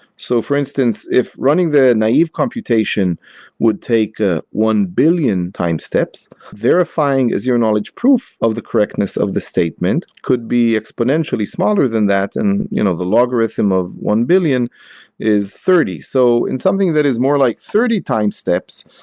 so for instance, if running the naive computation would take ah one billion time steps, verifying is your knowledge proof of the correctness of the statement could be exponentially smaller than that, and you know the logarithm of one billion is thirty. so in something that is more like thirty times steps,